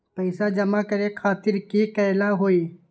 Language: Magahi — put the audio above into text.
पैसा जमा करे खातीर की करेला होई?